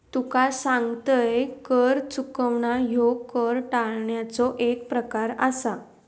तुका सांगतंय, कर चुकवणा ह्यो कर टाळण्याचो एक प्रकार आसा